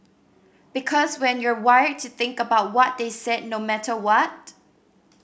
because when you're wired to think about what they said no matter what